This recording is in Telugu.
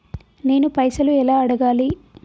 నేను పైసలు ఎలా అడగాలి?